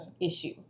issue